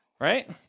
Right